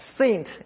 saint